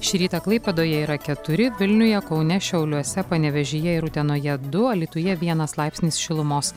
šį rytą klaipėdoje yra keturi vilniuje kaune šiauliuose panevėžyje ir utenoje du alytuje vienas laipsnis šilumos